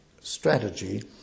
strategy